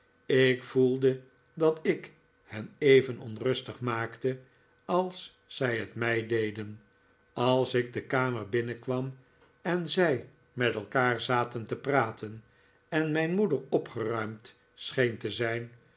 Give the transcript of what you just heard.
ik voelde dat ik hen even onrustig maakte als zij het mij deden als ik de kamer binnenkwam en zij met elkaar zaten te praten en mijn moeder opgeruimd scheen te zijn